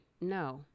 no